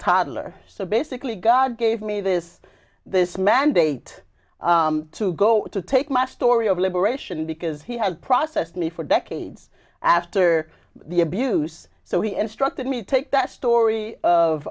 toddler so basically god gave me this this mandate to go to take my story of liberation because he had processed me for decades after the abuse so he instructed me to take that